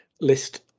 list